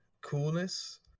coolness